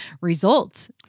result